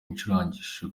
ibicurangisho